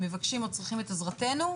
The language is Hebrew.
מבקשים או צריכים את עזרתנו.